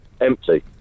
Empty